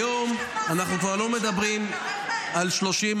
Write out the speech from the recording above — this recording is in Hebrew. היום ------- אנחנו כבר לא מדברים על 30,